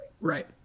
right